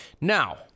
Now